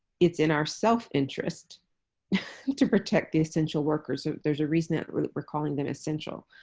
it's in our self-interest to protect essential workers. there's a reason that we're that we're calling them essential.